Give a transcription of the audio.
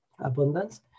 abundance